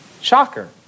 Shocker